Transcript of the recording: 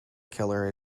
killer